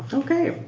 ok,